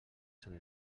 sant